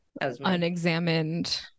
unexamined